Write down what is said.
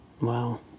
Wow